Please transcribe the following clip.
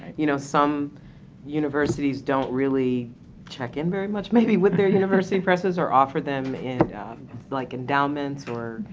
you know, some universities don't really check in very much maybe with their university presses or offer them and like endowments or,